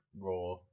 raw